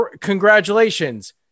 congratulations